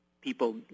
people